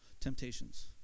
temptations